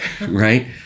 Right